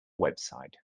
website